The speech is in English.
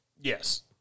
Yes